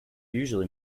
usually